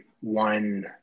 One